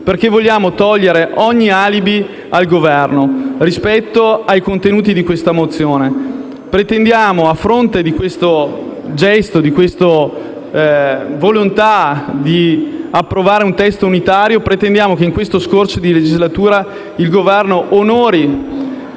perché vogliamo togliere ogni alibi al Governo rispetto ai contenuti di questo ordine del giorno. A fronte di questo gesto, di questa volontà di approvare un testo unitario, pretendiamo che in questo scorcio di legislatura il Governo onori